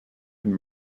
and